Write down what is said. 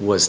was